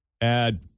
add